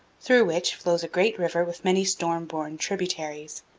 through which flows a great river with many storm-born tributaries.